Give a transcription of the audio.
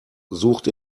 sucht